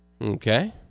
Okay